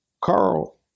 Carl